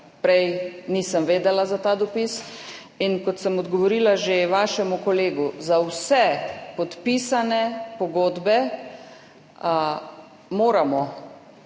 prej nisem vedela za ta dopis. In kot sem odgovorila že vašemu kolegu, za vse podpisane pogodbe moramo,